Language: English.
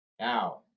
Now